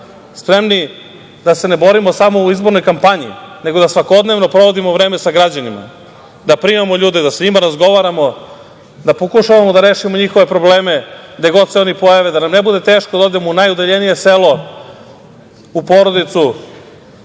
spremni da se ne borimo samo u izbornoj kampanji, nego da svakodnevno provodimo vreme sa građanima, da primamo ljude, da sa njima razgovaramo, da pokušavamo da rešimo njihove probleme, gde god se oni pojave, da nam ne bude teško da odemo u najudaljenije selo, u porodicu,